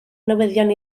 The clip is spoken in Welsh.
newyddion